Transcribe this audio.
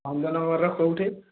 ଭଞ୍ଜନଗରର କେଉଁଠି